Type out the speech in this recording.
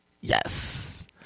Yes